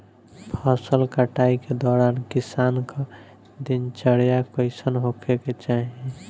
फसल कटाई के दौरान किसान क दिनचर्या कईसन होखे के चाही?